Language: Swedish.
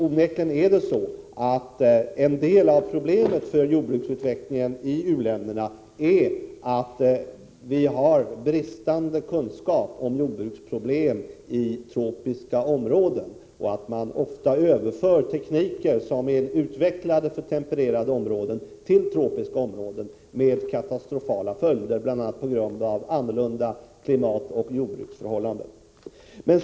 Onekligen är det så, att problemen för jordbruksutvecklingen i u-länderna i viss mån beror på att vi har bristande kunskaper om svårigheterna för jordbruket i tropiska områden. Dessutom överförs olika slags teknik, teknik som är utvecklad för tempererade områden, till tropiska områden — med katastrofala följder, bl.a. på grund av ett annat klimat och andra jordbruksförhållanden.